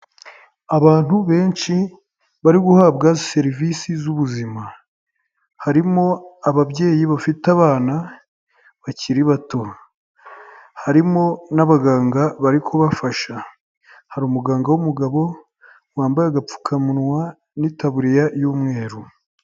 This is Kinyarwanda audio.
Abantu benshi bari guhabwa serivisi z'ubuzima. Harimo ababyeyi bafite abana bakiri bato. Harimo n'abaganga bari kubafasha. Hari umuganga w'umugabo, wambaye agapfukamunwa n'itaburiya y'umweru.